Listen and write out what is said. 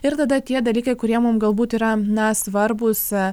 ir tada tie dalykai kurie mum galbūt yra na svarbūs